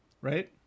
right